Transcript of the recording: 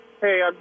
Hey